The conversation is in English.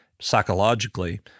psychologically